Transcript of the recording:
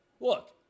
Look